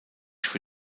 für